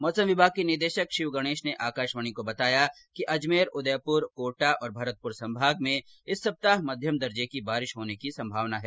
मौसम विभाग के निदेशक शिव गणेश ने आकाशवाणी को बताया कि अजमेर उदयपुर कोटा और भरतपुर संभाग में इस सप्ताह मध्यम दर्जे की बारिश होने की संभावना है